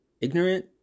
ignorant